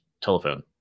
telephone